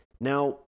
Now